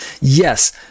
yes